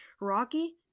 rocky